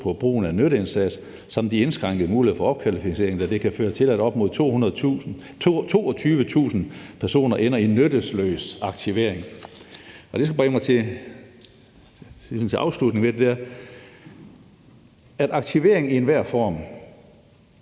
på brugen af nytteindsats samt de indskrænkede muligheder for opkvalificering, da dette kan føre til at op mod 22.000 personer ender i nyttesløs aktivering.« Det bringer mig frem til afslutningen om, at aktivering i enhver form